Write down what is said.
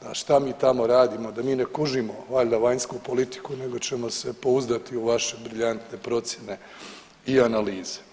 da šta mi tamo radimo, da mi ne kužimo valjda vanjsku politiku nego ćemo se pouzdati u vaše briljantne procjene i analize.